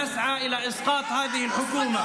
( ומשרתת את נושא השלום,